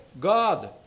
God